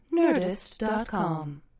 Nerdist.com